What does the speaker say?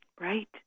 Right